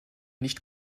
nicht